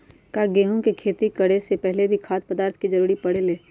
का गेहूं के खेती करे से पहले भी खाद्य पदार्थ के जरूरी परे ले?